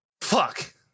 Fuck